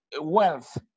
wealth